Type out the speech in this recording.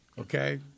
okay